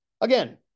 Again